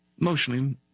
emotionally